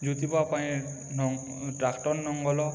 ଯେଉଁଥି ବା ପାଇଁ ଟ୍ରାକ୍ଟର୍ ଲଙ୍ଗଳ